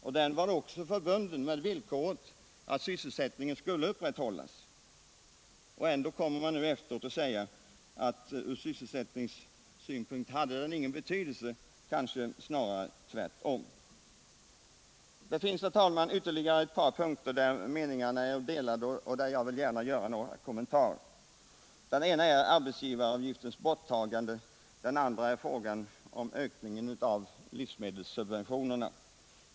Ändå anklagar socialdemokraterna regeringen för beslutet, som enligt deras uppfattning inte betytt något för sysselsättningen. Detta trots att stödet var förbundet med villkoret att sysselsättningen skulle upprätthållas. Det finns, herr talman, ytterligare ett par punkter där meningarna är delade och där jag gärna vill göra några kommentarer. Den ena är arbetsgivaragiftens borttagande. Den andra är frågan om ökningen av livsmedelssubventionerna.